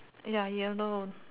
ya yellow